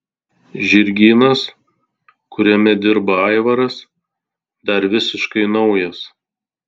žirgynas kuriame dirba aivaras dar visiškai naujas